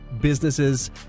businesses